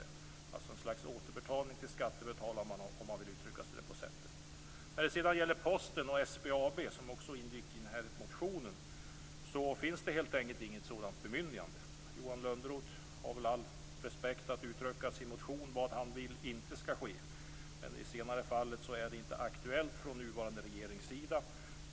Det är alltså ett slags återbetalning till skattebetalarna, om man vill uttrycka sig på det sättet. När det sedan gäller Posten och SBAB finns det helt enkelt inte något sådant bemyndigande. Johan Lönnroth kan väl, med all respekt, uttrycka i sin motion vad han vill inte skall ske, men i det senare fallet är det inte aktuellt från nuvarande regerings sida.